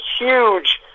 huge –